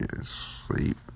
sleep